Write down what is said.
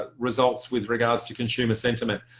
ah results with regards to consumer sentiment.